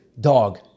dog